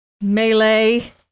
melee